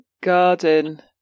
garden